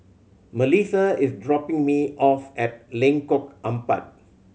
Malissa is dropping me off at Lengkok Empat